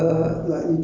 um